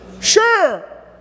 Sure